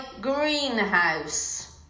greenhouse